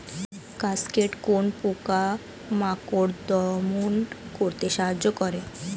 Cascade কোন পোকা মাকড় দমন করতে সাহায্য করে?